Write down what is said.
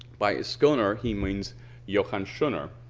by so schoner he means johann schoner